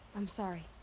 i'm sorry.